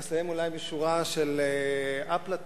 ואסיים אולי בשורה של אפלטון,